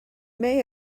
may